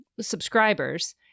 subscribers